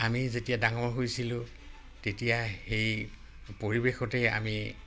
আমি যেতিয়া ডাঙৰ হৈছিলোঁ তেতিয়া সেই পৰিৱেশতেই আমি